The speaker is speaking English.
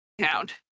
Hound